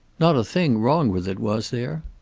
not a thing wrong with it, was there?